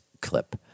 clip